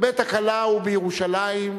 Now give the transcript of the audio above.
בית הכלה הוא בירושלים,